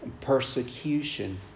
persecution